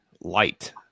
light